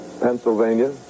Pennsylvania